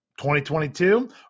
2022